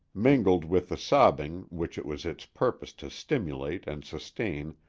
mingled with the sobbing which it was its purpose to stimulate and sustain,